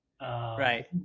right